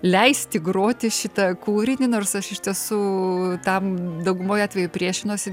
leisti groti šitą kūrinį nors aš iš tiesų tam daugumoj atvejų priešinuosi